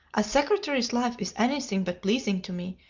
a secretary's life is any thing but pleasing to me,